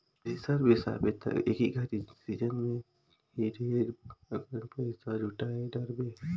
thresher बिसाबे त एक घरी के सिजन मे ही ढेरे अकन पइसा जुटाय डारबे